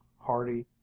hardy